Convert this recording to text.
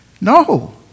No